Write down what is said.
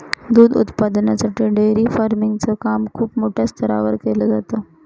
दूध उत्पादनासाठी dairy farming च काम खूप मोठ्या स्तरावर केल जात